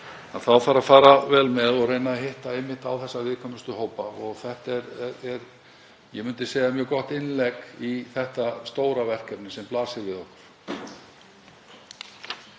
þarf að fara vel með og reyna að hitta einmitt á þessa viðkvæmustu hópa. Þetta er, myndi ég segja, mjög gott innlegg í það stóra verkefni sem blasir við okkur.